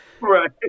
Right